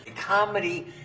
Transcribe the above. Comedy